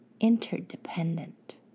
interdependent